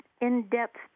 in-depth